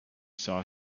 saw